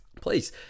please